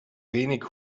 wenig